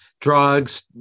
drugs